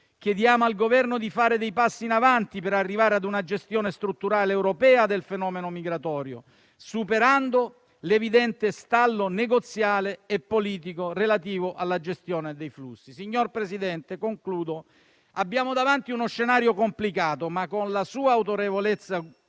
chiediamo al Governo di fare dei passi in avanti per arrivare ad una gestione strutturale europea del fenomeno migratorio, superando l'evidente stallo negoziale e politico relativo alla gestione dei flussi. Signor Presidente, abbiamo davanti uno scenario complicato, ma con la sua autorevole